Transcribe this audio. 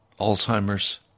Alzheimer's